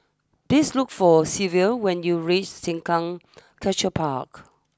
please look for Silvia when you reach Sengkang Sculpture Park